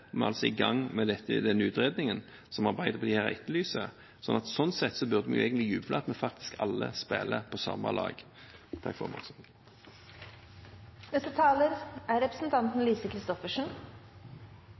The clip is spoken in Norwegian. Vi er altså i gang med dette i den utredningen Arbeiderpartiet her etterlyser. Sånn sett burde vi egentlig jublet for at vi alle spiller på samme lag.